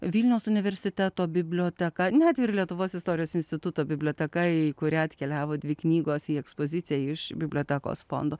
vilniaus universiteto biblioteka net ir lietuvos istorijos instituto biblioteka į kurią atkeliavo dvi knygos į ekspoziciją iš bibliotekos fondo